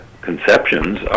conceptions